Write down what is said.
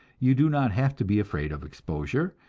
you do not have to be afraid of exposure,